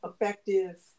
effective